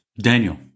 Daniel